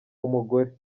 umugore